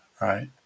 right